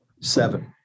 seven